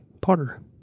Potter